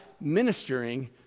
ministering